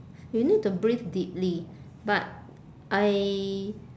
you need to breathe deeply but I